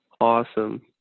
awesome